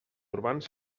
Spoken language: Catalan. urbans